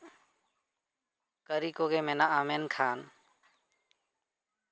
ᱠᱟᱹᱨᱤ ᱠᱚᱜᱮ ᱢᱚᱱᱜᱼᱟ ᱢᱮᱱᱠᱷᱟᱱ